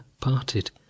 parted